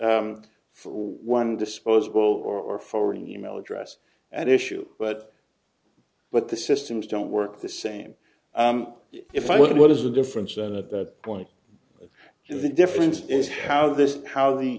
for one disposable or forwarding email address at issue but but the systems don't work the same if i did what is the difference and at that point the difference is how this how the